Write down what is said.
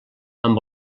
amb